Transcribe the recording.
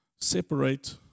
separate